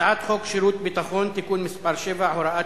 הצעת חוק שירות ביטחון (תיקון מס' 7 והוראת